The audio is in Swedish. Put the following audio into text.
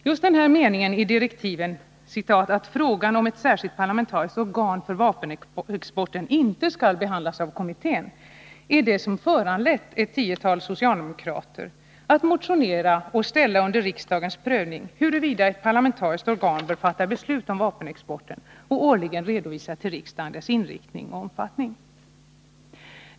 Just den del i direktiven där det sägs ”att frågan om ett särskilt parlamentariskt organ för vapenexporten inte skall behandlas av kommittén” är det som föranlett ett tiotal socialdemokrater att motionera och ställa under riksdagens prövning huruvida ett parlamentariskt organ bör fatta beslut om vapenexporten och årligen redovisa till riksdagen dess inriktning och omfattning.